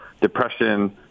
depression